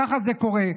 ככה זה קורה.